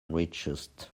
richest